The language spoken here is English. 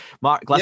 Mark